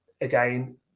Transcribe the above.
again